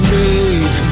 made